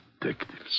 detectives